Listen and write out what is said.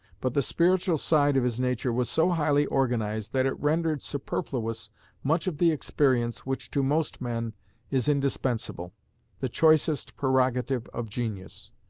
but the spiritual side of his nature was so highly organized that it rendered superfluous much of the experience which to most men is indispensable the choicest prerogative of genius.